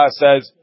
says